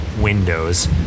windows